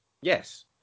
Yes